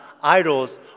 idols